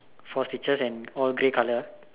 four stitches and all grey colour ah